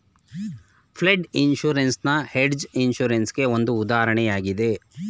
flood insurance hedge insurance ಗೆ ಒಂದು ಉದಾಹರಣೆಯಾಗಿದೆ